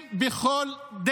היא עוברת לכל תחומי החיים.